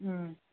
ꯎꯝ